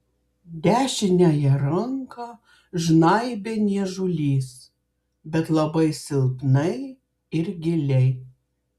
dešiniąją ranką žnaibė niežulys bet labai silpnai ir giliai